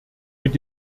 mit